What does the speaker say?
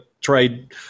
trade